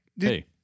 Hey